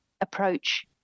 approach